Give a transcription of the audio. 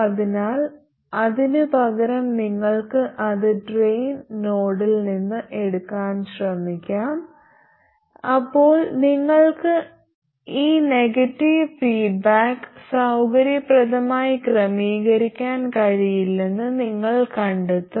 അതിനാൽ അതിനുപകരം നിങ്ങൾക്ക് അത് ഡ്രെയിൻ നോഡിൽ നിന്ന് എടുക്കാൻ ശ്രമിക്കാം അപ്പോൾ നിങ്ങൾക്ക് ഈ നെഗറ്റീവ് ഫീഡ്ബാക്ക് സൌകര്യപ്രദമായി ക്രമീകരിക്കാൻ കഴിയില്ലെന്ന് നിങ്ങൾ കണ്ടെത്തും